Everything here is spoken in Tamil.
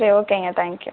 சரி ஓகேங்க தேங்க் யூ